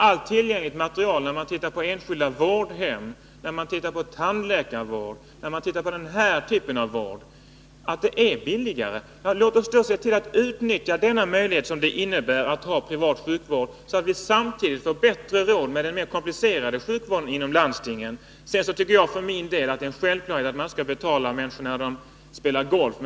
Allt tillgängligt material — det gäller enskilda vårdhem, tandläkarvård och den här typen av vård — visar att det är billigare. Låt oss då se till att utnyttja den möjlighet som det innebär att ha privat sjukvård, så att vi samtidigt får bättre råd med den mer komplicerade sjukvården inom landstingen! Sedan tycker jag för min del att det är en självklarhet att man inte skall betala människor när de spelar golf.